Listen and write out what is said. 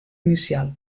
inicial